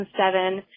2007